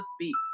Speaks